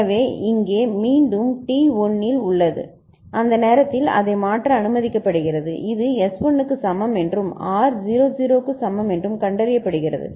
எனவே இங்கே மீண்டும் அது T 1 இல் உள்ளது அந்த நேரத்தில் அதை மாற்ற அனுமதிக்கப்படுகிறது இது S 1 க்கு சமம் என்றும் R 0 0 க்கு சமம் என்றும் கண்டறியப்படுகிறது